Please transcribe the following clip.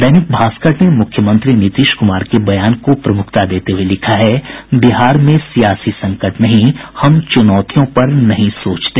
दैनिक भास्कर ने मुख्यमंत्री नीतीश कुमार के बयान को प्रमुखता देते हुये लिखा है बिहार में सियासी संकट नहीं हम चुनौतियों पर नहीं सोचते